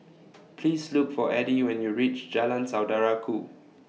Please Look For Eddie when YOU REACH Jalan Saudara Ku